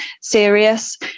serious